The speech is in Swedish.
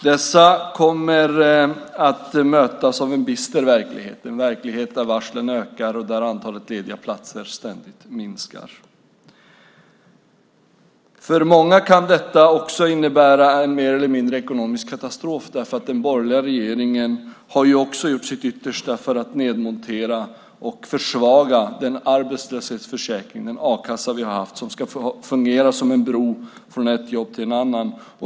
Dessa kommer att möta en bister verklighet, en verklighet där varslen ökar och där antalet lediga platser ständigt minskar. För många kan detta innebära mer eller mindre en ekonomisk katastrof därför att den borgerliga regeringen har gjort sitt yttersta för att nedmontera och försvaga den a-kassa vi har haft och som ska fungera som en bro från ett jobb till ett annat.